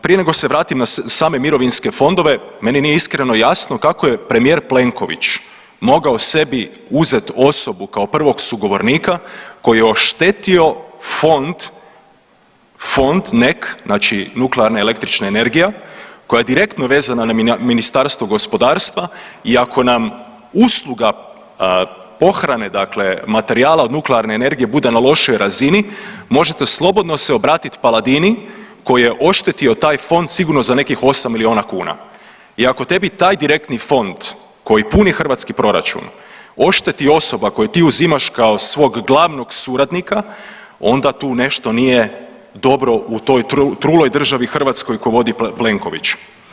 Prije nego se vratim na same mirovinske fondove meni nije iskreno jasno kako je premijer Plenković mogao sebi uzet osobu kao prvog sugovornika koji je oštetio fond, Fond NEK znači nuklearna električna energija koja je direktno vezana na Ministarstvo gospodarstva i ako nam usluga pohrane dakle materijala od nuklearne energije bude na lošoj razini možete slobodno se obratiti Paladini koji je oštetio taj fond sigurno za nekih osam milijuna kuna i ako tebi taj direktni fond koji puni hrvatski proračun ošteti osoba koju ti uzimaš kao svog glavnog suradnika onda tu nešto nije dobro u toj truloj državi Hrvatskoj koju vodi Plenković.